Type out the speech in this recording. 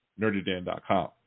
NerdyDan.com